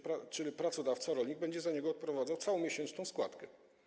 Pracodawca, rolnik będzie za niego odprowadzał całą miesięczną składkę?